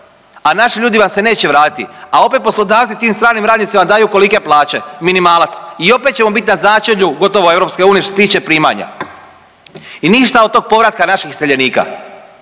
A naši ljudi vam se neće vratiti. A opet, poslodavci tim stranim radnicima daju kolike plaće? Minimalac i opet ćemo bit na začelju gotovo EU što se tiče primanja i ništa od tog povratka naših iseljenika.